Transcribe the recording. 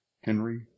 Henry